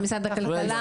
למשרד הכלכלה?